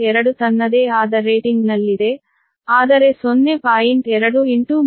2 ತನ್ನದೇ ಆದ ರೇಟಿಂಗ್ನಲ್ಲಿದೆ ಆದರೆ 0